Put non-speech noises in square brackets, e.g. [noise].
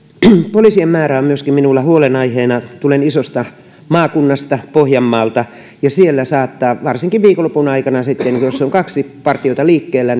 poliisien määrä on myöskin minulla huolenaiheena tulen isosta maakunnasta pohjanmaalta ja siellä saattaa sitten varsinkin viikonlopun aikana jos on kaksi partiota liikkeellä [unintelligible]